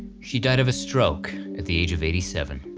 she died of a stroke at the age of eighty seven.